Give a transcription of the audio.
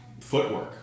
footwork